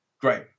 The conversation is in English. Great